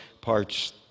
parts